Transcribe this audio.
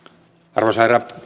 arvoisa herra